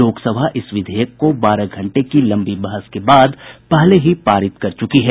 लोकसभा इस विधेयक को बारह घंटे की लंबी बहस के बाद पहले ही पारित कर चुकी है